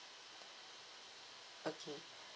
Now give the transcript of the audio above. okay